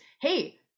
hey